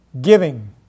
giving